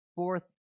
Fourth